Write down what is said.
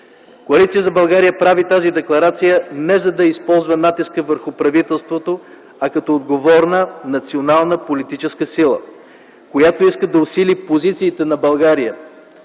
Коалиция за България прави тази декларация, не за да използва натиска върху правителството, а като отговорна национална политическа сила, която иска да усили позициите на България